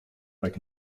back